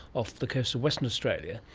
off the coast of western australia,